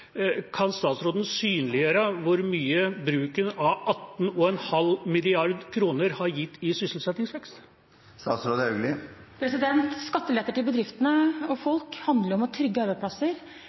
synliggjøre hvor mye bruken av 18,5 mrd. kr har gitt i sysselsettingsvekst? Skatteletter til bedriftene og folk handler jo om å trygge arbeidsplasser.